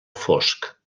fosc